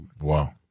wow